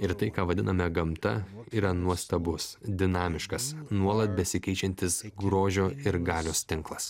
ir tai ką vadiname gamta yra nuostabus dinamiškas nuolat besikeičiantis grožio ir galios tinklas